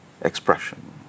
expression